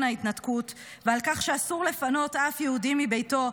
ההתנתקות ועל כך שאסור לפנות אף יהודי מביתו,